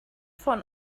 von